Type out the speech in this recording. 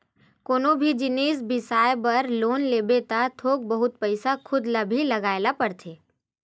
कोनो भी जिनिस बिसाए बर लोन लेबे त थोक बहुत पइसा खुद ल भी लगाए ल परथे